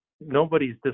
nobody's